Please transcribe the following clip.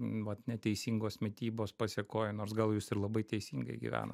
vat neteisingos mitybos pasėkoj nors gal jūs ir labai teisingai gyvenat